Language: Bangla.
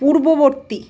পূর্ববর্তী